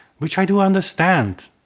which i do understand.